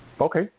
Okay